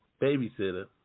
babysitter